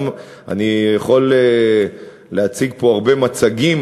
גם אני יכול להציג פה הרבה מצגים,